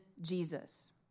Jesus